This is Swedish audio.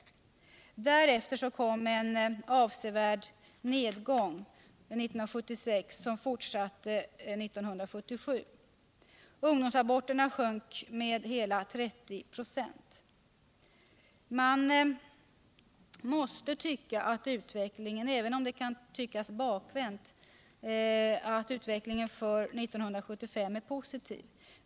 Därefter kom en avsevärd nedgång 1976, som fortsatte 1977. Ungdomsaborterna sjönk med hela 30 926. Man måste tycka, även om det kan förefalla bakvänt, att utvecklingen för 1975 är positiv.